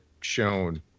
shown